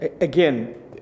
again